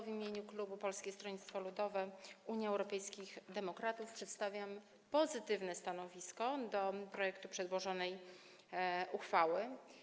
W imieniu klubu Polskiego Stronnictwa Ludowego - Unii Europejskich Demokratów przedstawiam pozytywne stanowisko wobec projektu przedłożonej uchwały.